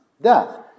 death